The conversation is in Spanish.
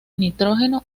nitrógeno